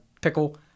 pickle